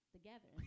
together